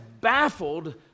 baffled